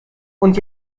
und